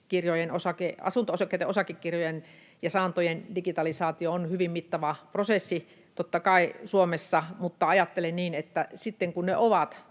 asunto-osakkeitten osakekirjojen ja saantojen digitalisaatio on hyvin mittava prosessi Suomessa, totta kai, mutta ajattelen niin, että sitten kun ne ovat